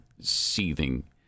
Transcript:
seething